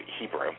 Hebrew